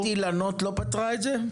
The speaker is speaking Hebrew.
כן, תוכנית אילנות לא פתרה את זה?